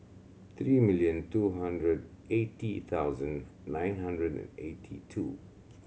three million two hundred eighty thousand nine hundred and eighty two